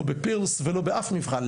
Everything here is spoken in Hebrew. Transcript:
לא בפירלס ולא באף מבחן.